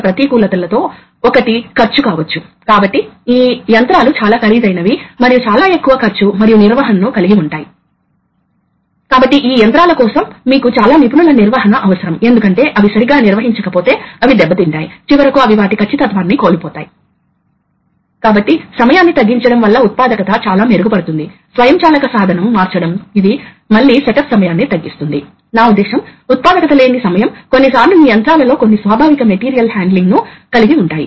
ఇప్పుడు వాల్వ్స్ గురించి ఈ వాల్వ్స్ యాక్చువేట్ చేయవచ్చు మనం చూసినట్లుగా మనకు యాక్చువేటెడ్ వాల్వ్స్ కోసం వివిధ రకాల లాజిక్లు ఉన్నాయి మరియు మనకు ప్రాథమికంగా ఎలక్ట్రోమెకానికల్ యాక్యుయేటర్ వాల్వ్ కదలవలసిన పరిస్థితిని నిర్ణయించే లాజిక్ ఎలిమెంట్స్ తో ఒక వైపు ఇంటర్ఫేస్ చేయబోతోంది